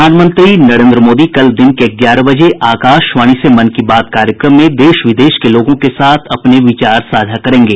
प्रधानमंत्री नरेन्द्र मोदी कल दिन के ग्यारह बजे आकाशवाणी से मन की बात कार्यक्रम में देश विदेश के लोगों के साथ अपने विचार साझा करेंगे